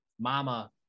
mama